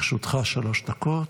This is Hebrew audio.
לרשותך שלוש דקות.